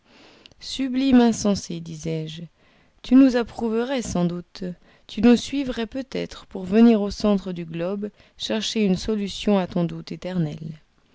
sublime insensé disais-je tu nous approuverais sans doute tu nous suivrais peut-être pour venir au centre du globe chercher une solution à ton doute éternel